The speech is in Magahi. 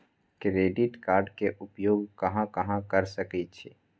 क्रेडिट कार्ड के उपयोग कहां कहां कर सकईछी?